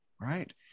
Right